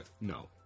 No